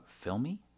filmy